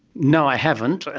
no, i haven't.